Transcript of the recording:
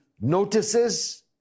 notices